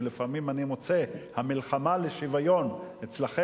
כי לפעמים אני מוצא שהמלחמה לשוויון אצלכן